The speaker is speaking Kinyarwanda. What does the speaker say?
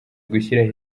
gushyiraho